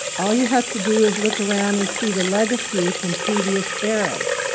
all you have to do is look around and see the legacy from previous eras.